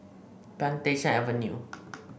Plantation Avenue